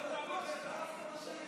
איציק, דווקא את משל יותם הבאת?